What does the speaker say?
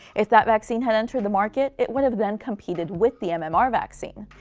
if that vaccine had entered the market, it would have then competed with the um and mmr vaccine.